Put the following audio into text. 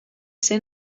zen